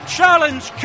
Challenge